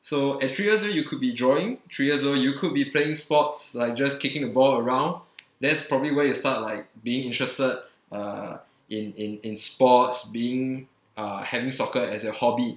so at three years old you could be drawing three years old you could be playing sports like just kicking the ball around that's probably where you start like being interested uh in in in sports being uh having soccer as a hobby